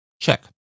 Check